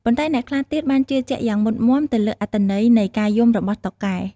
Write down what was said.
ប៉ុន្តែអ្នកខ្លះទៀតបានជឿជាក់យ៉ាងមុតមាំទៅលើអត្ថន័យនៃការយំរបស់តុកែ។